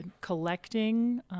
collecting